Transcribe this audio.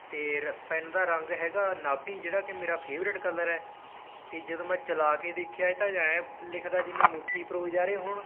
ਅਤੇ ਪੈੱਨ ਦਾ ਰੰਗ ਹੈਗਾ ਉਨਾਬੀ ਜਿਹੜਾ ਕਿ ਮੇਰਾ ਫੇਵਰੇਟ ਕਲਰ ਹੈ ਅਤੇ ਜਦੋਂ ਮੈਂ ਚਲਾ ਕੇ ਦੇਖਿਆ ਇਹ ਤਾਂ ਐਂ ਲਿਖਦਾ ਜਿਵੇਂ ਮੋਤੀ ਪਰੋਏ ਜਾ ਰਹੇ ਹੋਣ